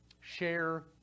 share